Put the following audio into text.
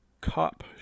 cop